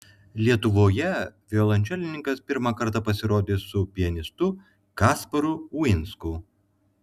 lietuvoje violončelininkas pirmą kartą pasirodys su pianistu kasparu uinsku